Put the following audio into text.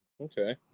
okay